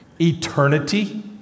Eternity